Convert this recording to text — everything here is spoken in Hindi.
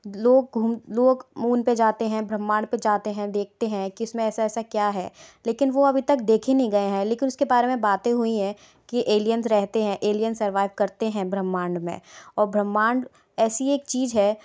लोग घु लोग मून पर जाते हैं ब्रह्मांड पर जाते हैं देखते हैं कि इसमें ऐसा ऐसा क्या है लेकिन वो अभी तक देखे नहीं गए हैं लेकिन उसके बारे में बातें हुई हैं कि एलियंस रहते हैं एलियन सरवाइव करते हैं ब्रह्मांड में और ब्रह्मांड ऐसी एक चीज है